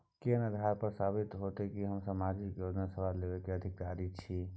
कोन आधार पर साबित हेते की हम सामाजिक योजना के लाभ लेबे के अधिकारी छिये?